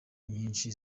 nyinshi